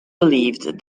believed